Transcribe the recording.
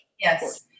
Yes